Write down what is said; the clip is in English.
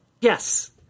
Yes